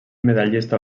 medallista